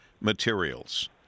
materials